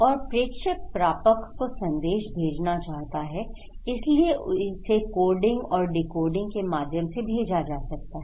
और प्रेषक प्रापक को संदेश भेजना चाहता है इसलिए इसे कोडिंग और डिकोडिंग के माध्यम से भेजा जा सकता है